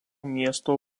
miesto